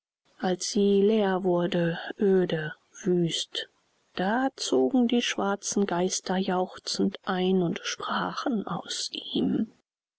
als sie leer wurde öde wüst da zogen die schwarzen geister jauchzend ein und sprachen aus ihm